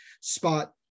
spot